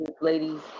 ladies